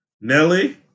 Nelly